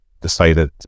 decided